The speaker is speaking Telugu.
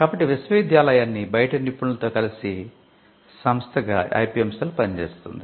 కాబట్టి విశ్వవిద్యాలయాన్ని బయటి నిపుణులతో కలిపే సంస్థగా ఐపిఎం సెల్ పనిచేస్తుంది